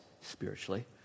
spiritually